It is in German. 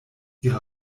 ihre